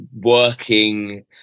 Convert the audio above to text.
working